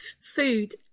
food